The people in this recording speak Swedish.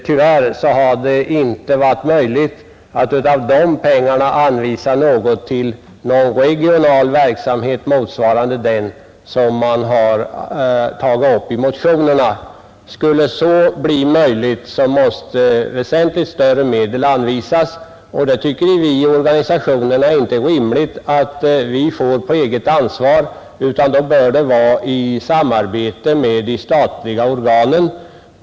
Tyvärr har det inte varit möjligt att av de pengarna anvisa medel till någon regional verksamhet motsvarande den som man har angivit i motionerna. För att så skulle bli möjligt, måste väsentligt större medel anvisas. Vi tycker i organisationerna att det inte är rimligt att vi får detta på eget ansvar utan att det då bör vara ett samarbete med de statliga organen.